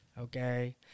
Okay